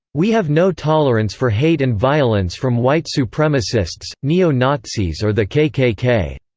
we have no tolerance for hate and violence from white supremacists, neo-nazis or the kkk.